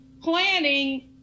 planning